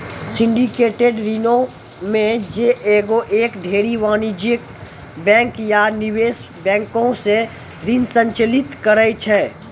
syndicated ऋणो मे जे एगो या ढेरी वाणिज्यिक बैंक या निवेश बैंको से ऋण संचालित करै छै